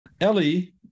Ellie